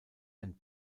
ein